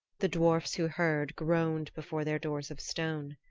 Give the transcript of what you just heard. the dwarfs who heard groaned before their doors of stone.